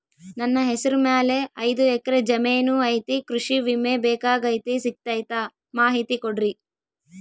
ನನ್ನ ಹೆಸರ ಮ್ಯಾಲೆ ಐದು ಎಕರೆ ಜಮೇನು ಐತಿ ಕೃಷಿ ವಿಮೆ ಬೇಕಾಗೈತಿ ಸಿಗ್ತೈತಾ ಮಾಹಿತಿ ಕೊಡ್ರಿ?